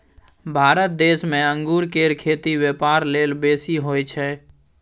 भारत देश में अंगूर केर खेती ब्यापार लेल बेसी होई छै